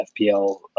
FPL